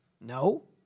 No